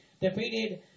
defeated